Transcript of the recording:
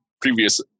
previous